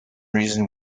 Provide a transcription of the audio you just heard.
reason